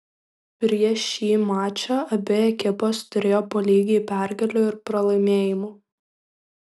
prieš šį mačą abi ekipos turėjo po lygiai pergalių ir pralaimėjimų